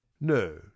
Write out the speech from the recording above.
No